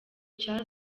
cya